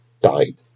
died